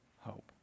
hope